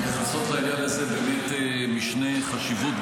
מייחסות לעניין הזה באמת משנה חשיבות,